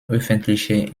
öffentliche